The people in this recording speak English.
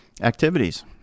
activities